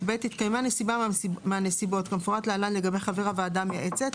(ב) התקיימה נסיבה מהנסיבות כמפורט להלן לגבי חבר הוועדה המייעצת,